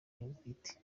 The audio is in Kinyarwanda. bwite